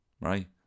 right